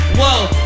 whoa